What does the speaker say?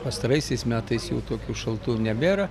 pastaraisiais metais jau tokių šaltų nebėra